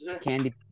Candy